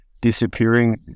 disappearing